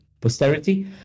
posterity